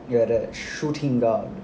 you are the shooting guard